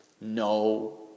No